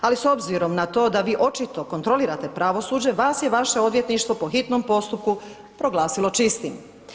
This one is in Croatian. Ali, s obzirom na to da vi očito kontrolirate pravosuđe, vas je vaše odvjetništvo po hitnom postupku proglasilo čistim.